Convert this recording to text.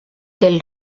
del